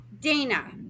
Dana